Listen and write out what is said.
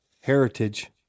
heritage